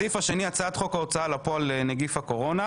הסעיף השני: הצעת חוק ההוצאה לפועל (נגיף הקורונה).